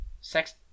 Sex